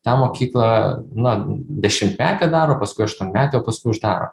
tą mokyklą na dešimtmetę daro paskui aštuonmetę o paskui uždaro